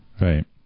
Right